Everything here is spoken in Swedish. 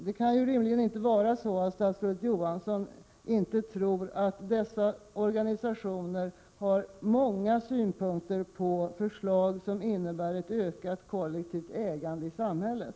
Det kan inte rimligen vara så, att statsrådet Johansson tror att dessa organisationer inte har många synpunkter på förslag som innebär ett ökat kollektivt ägande i samhället.